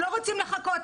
אנחנו לא רוצים לחכות,